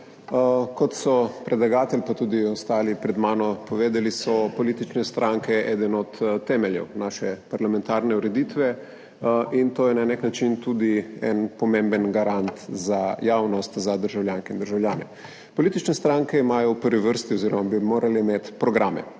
Kot so predlagatelj, pa tudi ostali pred mano povedali, so politične stranke eden od temeljev naše parlamentarne ureditve in to je na nek način tudi en pomemben garant za javnost, za državljanke in državljane. Politične stranke imajo v prvi vrsti oziroma bi morale imeti programe,